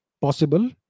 possible